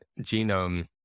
genome